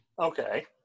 Okay